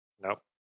Nope